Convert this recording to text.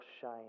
shine